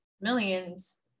millions